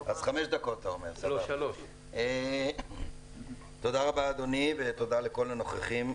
רבה, אדוני, תודה לנוכחים.